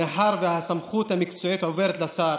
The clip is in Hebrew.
מאחר שהסמכות המקצועית עוברת לשר.